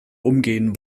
umgehen